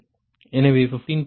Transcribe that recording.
எனவே 15